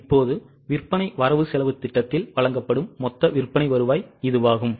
இப்போது விற்பனை வரவுசெலவுத் திட்டத்தில் வழங்கப்படும் மொத்த விற்பனை வருவாய் இதுவாகும்